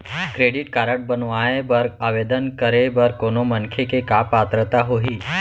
Credit card बनवाए बर आवेदन करे बर कोनो मनखे के का पात्रता होही?